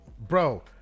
bro